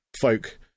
folk